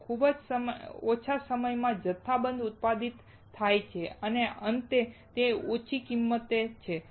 તે ખૂબ ઓછા સમયમાં જથ્થાબંધ ઉત્પાદિત થાય છે અને અંતે તે ઓછી કિંમતે છે